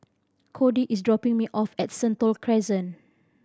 Kody is dropping me off at Sentul Crescent